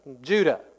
Judah